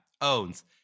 owns